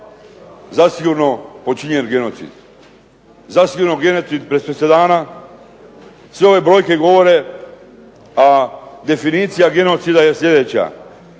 zasigurno počinjen genocid. Zasigurno genocid bez presedana. Sve ove brojke govore. A definicija genocida je sljedeća,